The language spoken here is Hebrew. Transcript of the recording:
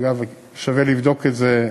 אגב, שווה לבדוק את זה.